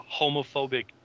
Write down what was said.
homophobic